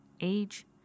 age